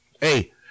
hey